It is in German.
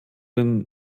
den